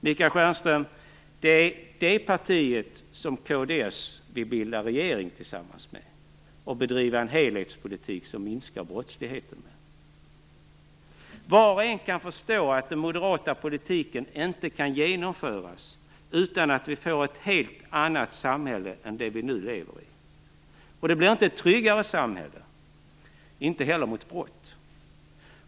Det är det partiet, Michael Stjernström, som kd vill bilda regering tillsammans med och driva en helhetspolitik som minskar brottsligheten. Var och en kan förstå att den moderata politiken inte kan genomföras utan att vi får ett helt annat samhälle än det vi nu lever i. Det blir inte ett tryggare samhälle, inte heller mot brott.